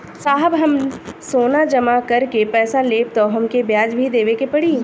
साहब हम सोना जमा करके पैसा लेब त हमके ब्याज भी देवे के पड़ी?